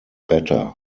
better